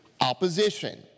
opposition